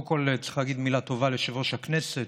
קודם כול צריך להגיד מילה טובה ליושב-ראש הכנסת,